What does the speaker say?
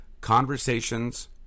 conversations